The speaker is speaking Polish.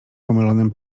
pomylonym